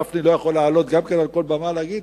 גפני לא יכול לעלות על כל במה ולהגיד?